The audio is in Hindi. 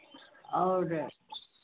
और